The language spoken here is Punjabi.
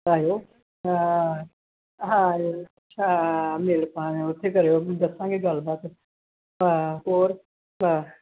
ਆਇਓ ਹਾਂ ਹਾਂ ਆਇਓ ਹਾਂ ਮਿਲ ਪਾ ਉੱਥੇ ਕਰਿਓ ਦੱਸਾਂਗੇ ਗੱਲਬਾਤ ਹਾਂ ਹੋਰ ਹਾਂ